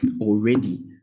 already